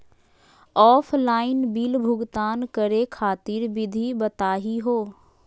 Offline bill भुगतान करे खातिर विधि बताही हो?